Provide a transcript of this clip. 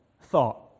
thought